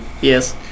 yes